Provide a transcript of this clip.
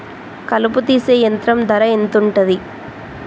కలుపు తీసే యంత్రం ధర ఎంతుటది?